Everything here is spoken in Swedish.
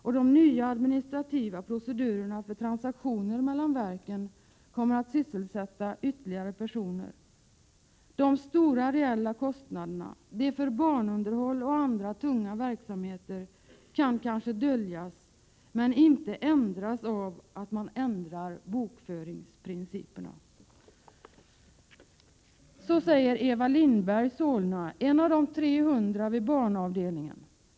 Och de nya administrativa procedurerna för transaktioner mellan verken kommer att sysselsätta ytterligare personer. De stora reella kostnaderna — de för banunderhåll och andra tunga verksamheter — kan kanske döljas men inte ändras av att man ändrar bokföringsprinciperna.” Så säger Eva Lindberg, Solna, en av de 300 vid banavdelningen.